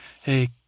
Hey